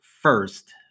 first